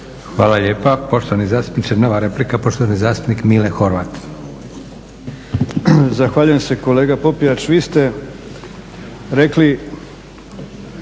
Hvala lijepa poštovani zastupniče. Nova replika, poštovani zastupnik Mile Horvat.